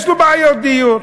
יש לו בעיות דיור.